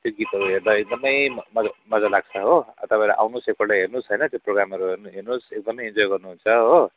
त्यो गीतहरू हेर्दा एकदमै मज् मजा लाग्छ हो तपाईँहरू आउनुहोस् एकपल्ट हेर्नुहोस् होइन त्यो प्रोग्रामहरू हेर्नु हेर्नुहोस एकदमै इन्जोय गर्नुहुन्छ हो